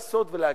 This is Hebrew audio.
לעשות ולהגיד.